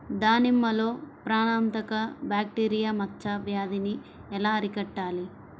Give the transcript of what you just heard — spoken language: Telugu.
దానిమ్మలో ప్రాణాంతక బ్యాక్టీరియా మచ్చ వ్యాధినీ ఎలా అరికట్టాలి?